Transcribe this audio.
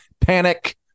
panic